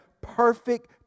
perfect